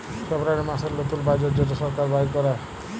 ফেব্রুয়ারী মাসের লতুল বাজেট যেট সরকার বাইর ক্যরে